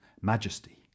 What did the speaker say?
Majesty